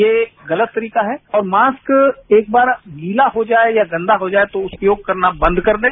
ये गलत तरीका है और मास्क एक बार गीला हो जाए या गंदा हो जाए तो उपयोग करना बंद कर दें